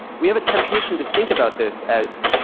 we have a temptation to think about this as,